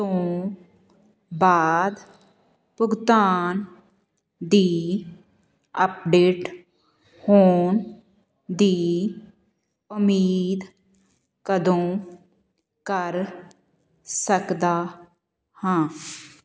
ਤੋਂ ਬਾਅਦ ਭੁਗਤਾਨ ਦੀ ਅੱਪਡੇਟ ਹੋਣ ਦੀ ਉਮੀਦ ਕਦੋਂ ਕਰ ਸਕਦਾ ਹਾਂ